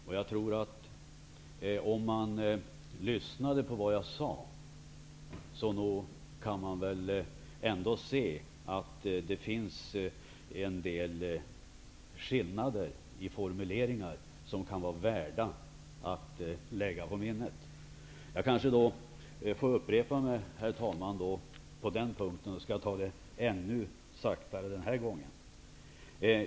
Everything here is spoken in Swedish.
Om man lyssnade på vad jag sade, kunde man väl ändå höra att det finns en del skillnader i formuleringar som kan vara värda att lägga på minnet. Jag kanske får upprepa mig, herr talman, på den punkten. Jag skall ta det ännu saktare den här gången.